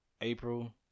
April